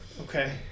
Okay